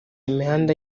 imihanda